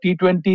T20